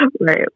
Right